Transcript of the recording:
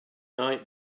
night